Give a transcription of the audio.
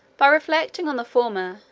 by reflecting on the former,